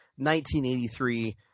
1983